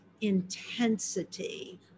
intensity